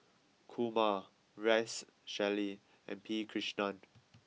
Kumar Rex Shelley and P Krishnan